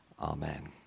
Amen